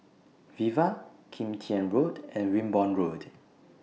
Viva Kim Tian Road and Wimborne Road